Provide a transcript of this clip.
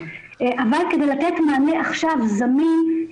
אבל כדי לתת מענה עכשווי זמין,